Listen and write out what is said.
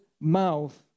mouth